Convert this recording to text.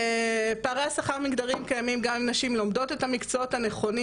פערי השכר המגדריים קיימים גם אם נשים לומדות את המקצועות ה"נכונים"